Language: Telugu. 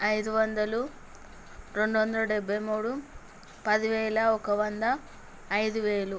ఐదు వందలు రెండు వందల డెబ్భై మూడు పదివేల ఒక వంద ఐదు వేలు